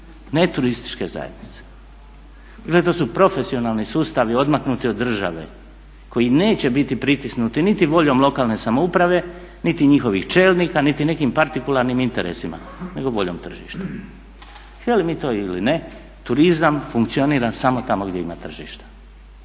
Ne turističke zajednice. To su profesionalni sustavi odmaknuti od države koji neće biti pritisnuti niti voljom lokalne samouprave niti njihovih čelnika niti nekim partikularnim interesima nego voljom tržišta. Htjeli mi to ili ne turizam funkcionira samo tamo gdje ima tržišta.